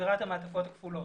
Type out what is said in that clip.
לספירת המעטפות הכפולות,